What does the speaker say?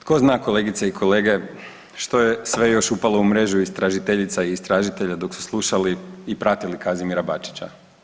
Tko zna kolegice i kolege što je sve još upalo u mrežu istražiteljica i istražitelja dok su slušali i pratili Kazimira Bačića?